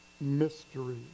mystery